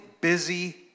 busy